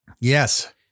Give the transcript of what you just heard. Yes